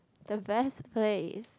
the best place